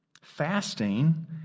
fasting